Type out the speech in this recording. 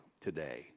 today